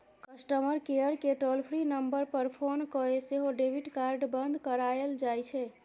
customer केयरकेँ toll free number पर phone कए सेहो डेबिट कार्ड बन्न कराएल जाइ छै